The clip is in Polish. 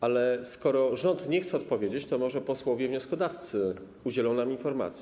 Ale skoro rząd nie chce odpowiedzieć, to może posłowie wnioskodawcy udzielą nam informacji.